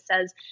says